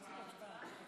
הצבעה.